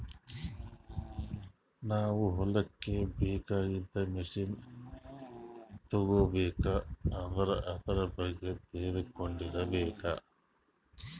ನಾವ್ ಹೊಲಕ್ಕ್ ಬೇಕಾಗಿದ್ದ್ ಮಷಿನ್ ತಗೋಬೇಕ್ ಅಂದ್ರ ಆದ್ರ ಬಗ್ಗೆ ತಿಳ್ಕೊಂಡಿರ್ಬೇಕ್